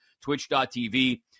twitch.tv